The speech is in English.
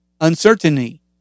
uncertainty